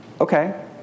Okay